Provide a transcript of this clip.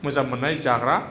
मोजां मोननाय जाग्रा